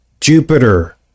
Jupiter